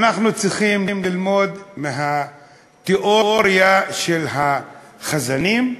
אנחנו צריכים ללמוד מהתיאוריה של החזנים?